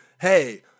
hey